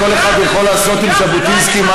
כל אחד יכול לעשות עם ז'בוטינסקי מה